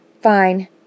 Fine